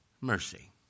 mercy